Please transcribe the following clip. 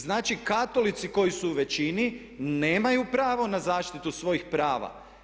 Znači, katolici koji su u većini nemaju pravo na zaštitu svojih prava.